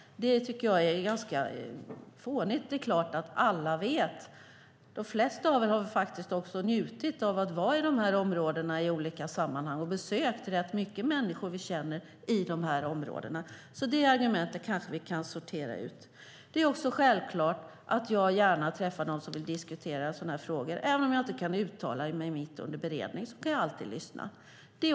Det tycker jag är ganska fånigt. Det är klart att alla vet det. De flesta av oss har väl njutit av att i olika sammanhang vara i de här områdena och besökt rätt många människor som vi känner i de här områdena, så det argumentet kan vi kanske sortera ut. Självklart träffar jag gärna dem som vill diskutera sådana här frågor. Även om jag inte kan uttala mig mitt under beredning kan jag alltid lyssna.